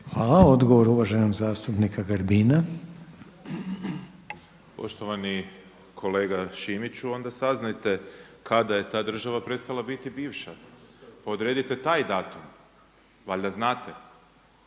Hvala. Odgovor uvaženog zastupnika Grbina. **Grbin, Peđa (SDP)** Poštovani kolega Šimiću, onda saznajte kada je ta država prestala biti bivša, pa odredite taj datum. Valjda znate.